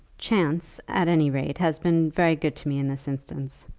chance, at any rate, has been very good to me in this instance.